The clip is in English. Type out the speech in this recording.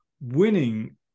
winning